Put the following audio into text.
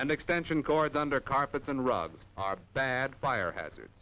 and extension cords under carpets and rob are bad fire hazard